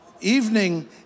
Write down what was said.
evening